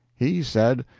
he said,